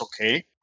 okay